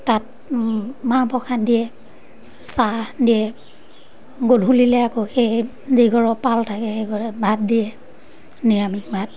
তাত মাহ প্ৰসাদ দিয়ে চাহ দিয়ে গধূলিলৈ আকৌ সেই যিঘৰৰ পাল থাকে সেই ঘৰে ভাত দিয়ে নিৰামিষ ভাত